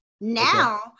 Now